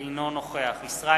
אינו נוכח ישראל